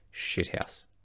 shithouse